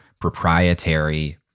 proprietary